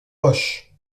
hoche